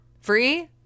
free